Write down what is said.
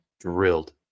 drilled